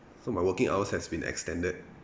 so my working hours has been extended